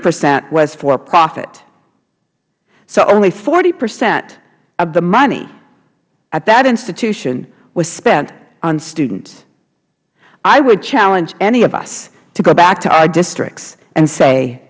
percent was for profit so only forty percent of the money at that institution was spent on students i would challenge any of us to go back to our districts and say